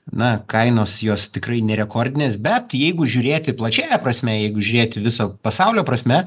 na kainos jos tikrai ne rekordinės bet jeigu žiūrėti plačiąja prasme jeigu žiūrėti viso pasaulio prasme